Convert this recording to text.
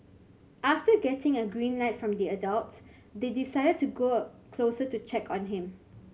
after getting a green light from the adults they decided to go a closer to check on him